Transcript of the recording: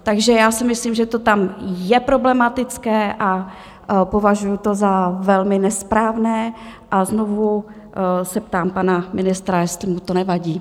Takže já si myslím, že to tam je problematické, a považuji to za velmi nesprávné a znovu se ptám pana ministra, jestli mu to nevadí.